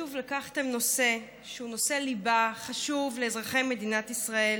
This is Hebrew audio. שוב לקחתם נושא שהוא נושא ליבה חשוב לאזרחי מדינת ישראל